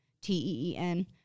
T-E-E-N